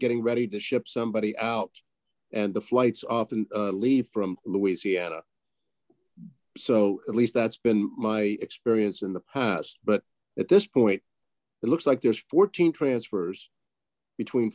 getting ready to ship somebody out and the flights often leave from louisiana so at least that's been my experience in the past but at this point it looks like there's fourteen transfers between